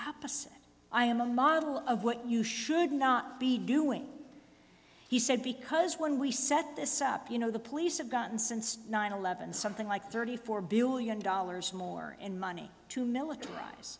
opposite i am a model of what you should not be doing he said because when we set this up you know the police have gotten since nine eleven something like thirty four billion dollars more in money to militarize